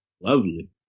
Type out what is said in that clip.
Lovely